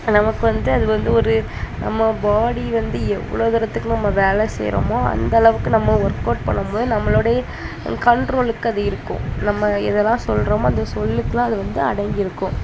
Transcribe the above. நமக்கு வந்து அது வந்து ஒரு நம்ம பாடி வந்து எவ்வளோ தூரத்துக்கு நம்ம வேலை செய்கிறோமோ அந்த அளவுக்கும் நம்ம ஒர்க்அவுட் பண்ணும் போது நம்மளுடைய நம்ம கண்ட்ரோலுக்கும் அது இருக்கும் நம்ம எதெல்லாம் சொல்கிறோமோ அந்த சொல்லுக்கெலாம் அது வந்து அடங்கி இருக்கும்